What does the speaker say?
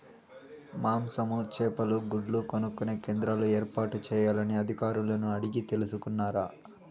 మాంసము, చేపలు, గుడ్లు కొనుక్కొనే కేంద్రాలు ఏర్పాటు చేయాలని అధికారులను అడిగి తెలుసుకున్నారా?